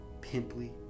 Pimply